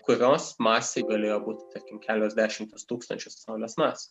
kurios masė galėjo būti tarkim kelios dešimtys tūkstančių saulės masių